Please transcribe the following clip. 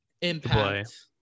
Impact